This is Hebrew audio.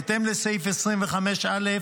בהתאם לסעיף 25(א)